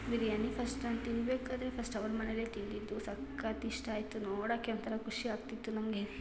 biryani first ಅದ್ನ ತಿನ್ನಬೇಕಾದ್ರೆ first ಅವರ ಮನೆಲ್ಲೇ ತಿಂದಿದ್ದು ಸಖತ್ತು ಇಷ್ಟ ಆಯಿತು ನೋಡಕ್ಕೆ ಒಂಥರ ಖುಷಿ ಆಗ್ತಿತ್ತು ನನಗೆ